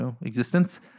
existence